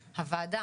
גם לוועדת